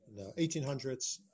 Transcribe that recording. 1800s